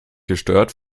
gestört